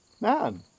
Man